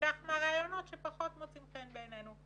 ונשכח מהרעיונות שפחות מוצאים חן בעינינו.